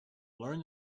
learn